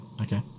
okay